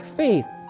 faith